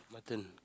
your turn